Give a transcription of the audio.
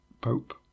pope